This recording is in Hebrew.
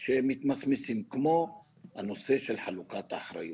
שמתמסמסים, כמו הנושא של חלוקת אחריות